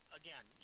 again